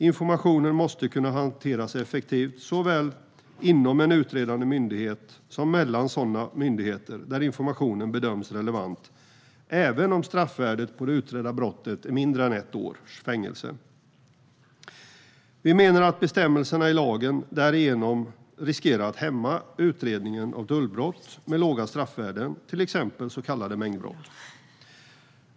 Information måste kunna hanteras effektivt såväl inom en utredande myndighet som mellan sådana myndigheter, där informationen bedöms relevant även om straffvärdet för det utredda brottet är mindre än ett års fängelse. Vi menar att bestämmelserna i lagen därigenom riskerar att hämma utredningen av tullbrott med låga straffvärden, till exempel så kallade mängdbrott.